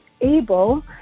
able